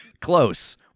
Close